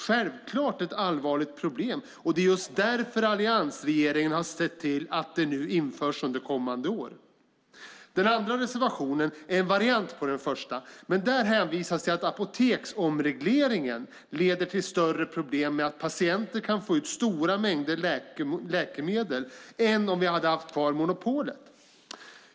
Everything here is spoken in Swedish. Självfallet är detta ett allvarligt problem, och det är just därför alliansregeringen har sett till att ett sådant införs under kommande år. Den andra reservationen är en variant på den första, men där hänvisas till att apoteksomregleringen leder till större problem med att patienter kan få ut stora mängder läkemedel än om vi hade haft kvar monopolet.